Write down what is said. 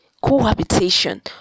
cohabitation